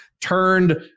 turned